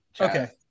okay